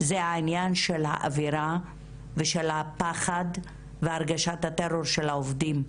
זה עניין האווירה והפחד, והרגשת הטרור של העובדים.